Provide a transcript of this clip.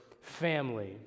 family